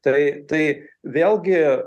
tai tai vėlgi